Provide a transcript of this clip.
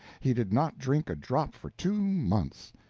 he did not drink a drop for two months,